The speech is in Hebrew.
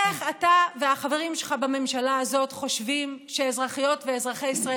איך אתה והחברים שלך בממשלה הזאת חושבים שאזרחיות ואזרחי ישראל